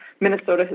Minnesota